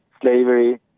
slavery